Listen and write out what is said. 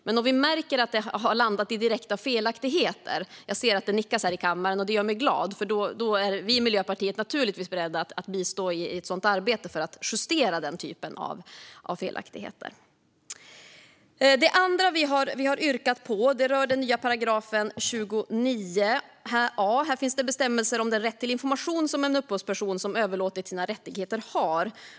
Men om vi märker att det har landat i direkta felaktigheter - jag ser att det nickas i kammaren, och det gör mig glad - är vi i Miljöpartiet naturligtvis beredda att bistå i ett arbete för att justera den typen av felaktigheter. Det andra vi har ett yrkande om rör den nya paragrafen 29 a §. Här finns bestämmelser om den rätt till information en upphovsperson som överlåtit sina rättigheter har.